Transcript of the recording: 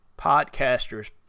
podcaster's